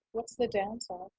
what's the downside?